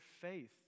faith